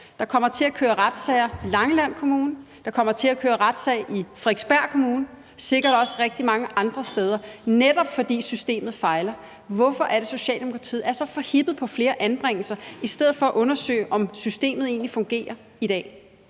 Der kommer til at køre retssager i Langeland Kommune, i Frederiksberg Kommune og sikkert også rigtig mange andre steder, netop fordi systemet fejler. Hvorfor er det, at Socialdemokratiet er så forhippet på flere anbringelser i stedet for at undersøge, om systemet egentlig fungerer i dag?